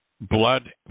blood